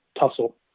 tussle